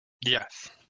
Yes